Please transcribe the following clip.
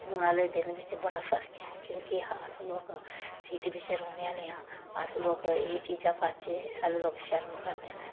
हून आह्ले दिन बिच्च बड़ा फर्क ऐ क्योंकि अस लोक सिटी बिच्च रौह्ने आहले आं अस लोक एह् चीजां पाच्चै साढ़े लोक शर्म करदे न